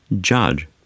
judge